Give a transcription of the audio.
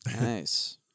Nice